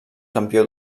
campió